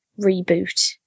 reboot